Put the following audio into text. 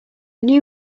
new